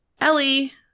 Ellie